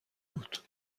بود